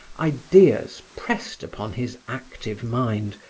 ideas pressed upon his active mind,